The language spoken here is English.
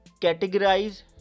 categorize